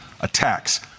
Attacks